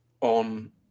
on